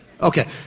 Okay